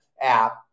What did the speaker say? app